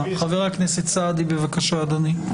חבר הכנסת סעדי, בבקשה, אדוני.